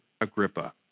Agrippa